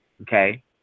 okay